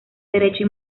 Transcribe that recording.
derecho